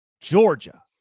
Georgia